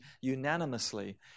unanimously